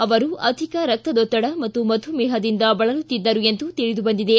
ಅವರು ಅಧಿಕ ರಕ್ತದೊತ್ತಡ ಮತ್ತು ಮಧುಮೇಹದಿಂದ ಬಳಲುತ್ತಿದ್ದರು ಎಂದು ತಿಳಿದು ಬಂದಿದೆ